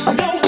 no